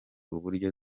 uburyo